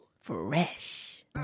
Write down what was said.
Fresh